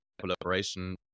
collaboration